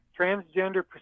transgender